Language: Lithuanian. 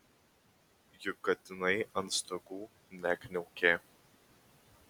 juk katinai ant stogų nekniaukė